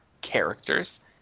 characters